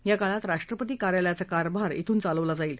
या काळात राष्ट्रपती कार्यालयाचा कारभार ब्रून चालवला जाईल